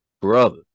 Brother